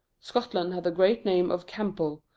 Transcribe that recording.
scotland had the great name of campbell,